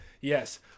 Yes